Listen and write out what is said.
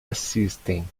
assistem